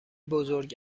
بزرگ